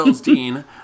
Dean